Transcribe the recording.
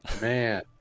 Man